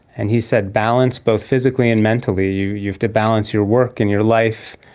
and he said balance both physically and mentally, you you have to balance your work and your life,